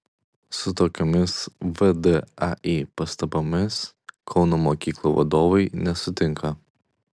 su tokiomis vdai pastabomis kauno mokyklų vadovai nesutinka